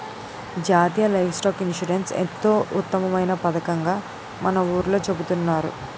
జాతీయ livestock insurance ఎంతో ఉత్తమమైన పదకంగా మన ఊర్లో చెబుతున్నారు